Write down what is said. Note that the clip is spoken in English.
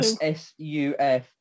S-U-F